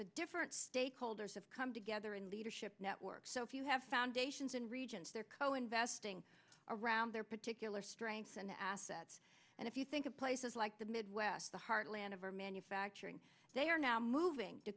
the different stakeholders have come together in leadership network so if you have foundations and regions they're co investing around their particular strengths and assets and if you think of places like the midwest the heartland of our manufacturing they are now moving to